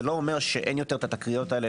זה לא אומר שאין יותר התקריות האלה.